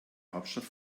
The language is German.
hauptstadt